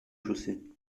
chaussées